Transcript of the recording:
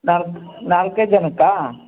ನಾಲ್ಕು ನಾಲ್ಕೇ ಜನಕ್ಕಾ